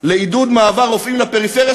לעידוד מעבר רופאים לפריפריה,